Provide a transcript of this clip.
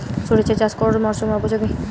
সরিষা চাষ কোন মরশুমে উপযোগী?